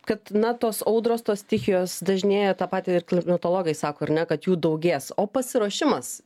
kad na tos audros tos stichijos dažnėja tą patį ir klimatologai sako ar ne kad jų daugės o pasiruošimas